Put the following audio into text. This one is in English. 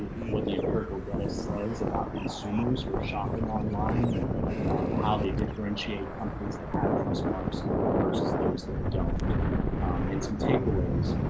what the empirical data says about consumers who are shopping online, and how they differentiate companies that have trust marks versus those that don't um and some takeaways.